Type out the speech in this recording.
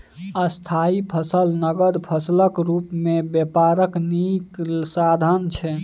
स्थायी फसल नगद फसलक रुप मे बेपारक नीक साधन छै